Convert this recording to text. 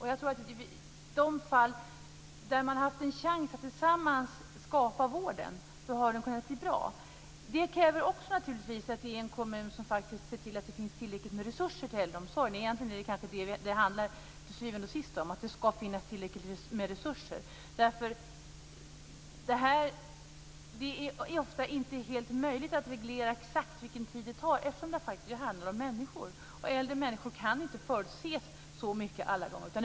I de fall där man haft en chans att tillsammans skapa vården har den kunnat bli bra. Det kräver naturligtvis också att det är en kommun som faktiskt ser till att det finns tillräckliga resurser för äldreomsorgen. Egentligen är det kanske det som det till syvende och sist handlar om, att det ska finnas tillräckligt med resurser. Det är ofta inte helt möjligt att reglera exakt vilken tid det tar, eftersom det faktiskt handlar om människor. Äldre människor kan inte förutses så mycket alla gånger.